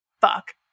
fuck